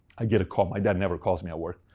i get a call. my dad never calls me at work.